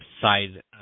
side